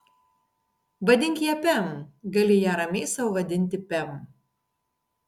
vadink ją pem gali ją ramiai sau vadinti pem